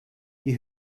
die